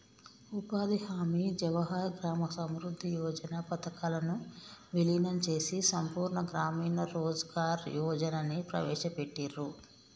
ఉపాధి హామీ, జవహర్ గ్రామ సమృద్ధి యోజన పథకాలను వీలీనం చేసి సంపూర్ణ గ్రామీణ రోజ్గార్ యోజనని ప్రవేశపెట్టిర్రు